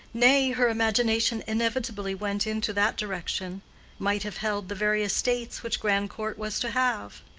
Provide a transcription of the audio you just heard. nay her imagination inevitably went into that direction might have held the very estates which grandcourt was to have.